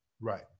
Right